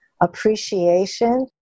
appreciation